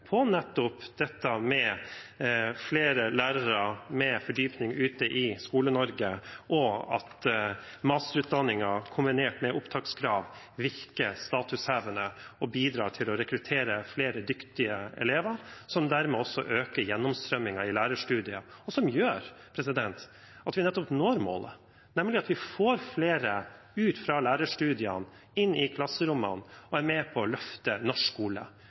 ved nettopp flere lærere med fordypning ute i Skole-Norge, og at masterutdanningen, kombinert med opptakskrav, virker statushevende og bidrar til å rekruttere flere dyktig elever, som dermed også øker gjennomstrømningen i lærerstudiet, og som gjør at vi nettopp når målet, nemlig at vi får flere ut fra lærerstudiene og inn i klasserommene, og som er med på å løfte norsk skole